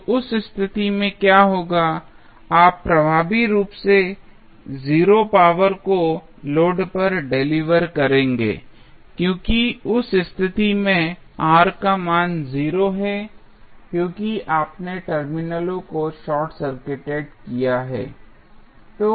तो उस स्थिति में क्या होगा आप प्रभावी रूप से 0 पावर को लोड पर डेलिवर करेंगे क्योंकि उस स्थिति में R का मान 0 है क्योंकि आपने टर्मिनलों को शार्ट सर्किटेड किया है